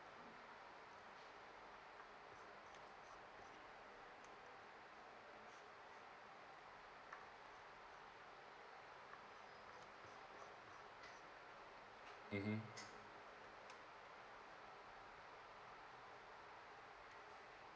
mmhmm